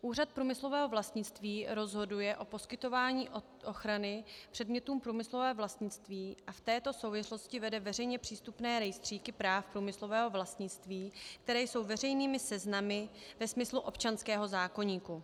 Úřad průmyslového vlastnictví rozhoduje o poskytování ochrany předmětům průmyslového vlastnictví a v této souvislosti vede veřejně přístupné rejstříky práv průmyslového vlastnictví, které jsou veřejnými seznamy ve smyslu občanského zákoníku.